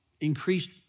increased